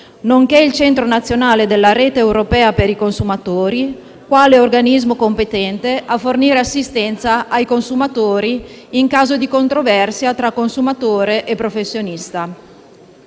nonché il Centro nazionale della rete europea per i consumatori quale organismo competente a fornire assistenza ai consumatori in caso di controversia tra consumatori e professionisti.